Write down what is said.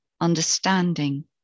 understanding